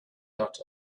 dot